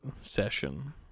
session